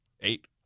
Eight